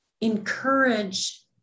encourage